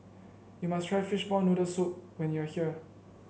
you must try Fishball Noodle Soup when you are here